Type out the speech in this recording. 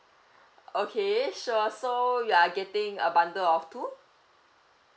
okay sure so you are getting a bundle of two